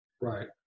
right